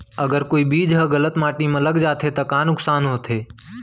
अगर कोई बीज ह गलत माटी म लग जाथे त का नुकसान होथे?